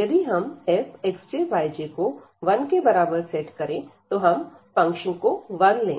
यदि हम fxjyj को 1 के बराबर सेट करें तो हम फंक्शन को 1 लेंगे